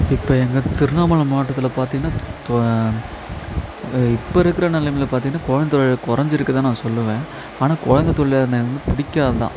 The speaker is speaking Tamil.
இப்போ எங்கள் திருவண்ணாமலை மாவட்டத்தில் பார்த்தீங்கன்னா இப்போ இருக்கிற நிலமையில பார்த்தீங்கன்னா குழந்தத் தொழில் குறைஞ்சிருக்கு தான் நான் சொல்லுவேன் ஆனால் குழந்தத் தொழிலாளர்கள எனக்கு பிடிக்காது தான்